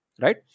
right